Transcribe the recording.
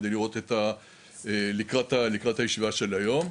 על מנת לראות את הדברים לקראת הישיבה של היום.